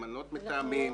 למנות מתאמים,